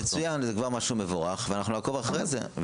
מצוין, זה כבר משהו מבורך, ואנחנו נעקוב אחרי זה.